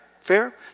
Fair